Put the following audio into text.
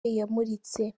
yamuritse